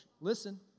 listen